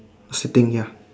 sitting ya